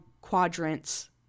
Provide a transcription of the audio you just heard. quadrants